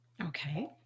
Okay